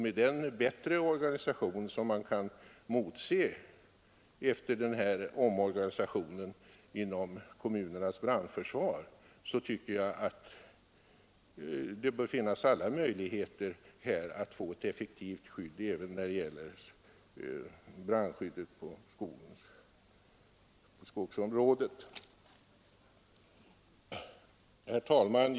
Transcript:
Med den bättre organisation som man kan motse efter omorganisationen inom kommunernas brandförsvar tycker jag att det bör finnas alla möjligheter att få till stånd ett effektivt skydd även när det gäller skogsbränder. Herr talman!